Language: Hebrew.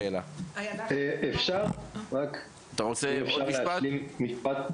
אדוני, ברשותך עוד משפט.